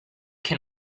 can